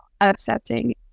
accepting